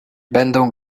będą